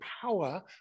power